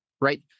right